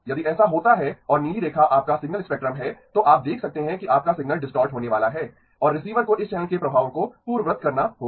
यदि ऐसा होता है और नीली रेखा आपका सिग्नल स्पेक्ट्रम है तो आप देख सकते हैं कि आपका सिग्नल डिसटॉर्ट होने वाला है और रिसीवर को इस चैनल के प्रभावों को पूर्ववत करना होगा